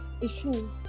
issues